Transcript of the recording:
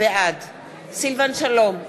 בעד סילבן שלום,